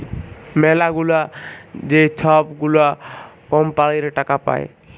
ম্যালাগুলা যে ছব গুলা কম্পালির টাকা পায়